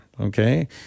okay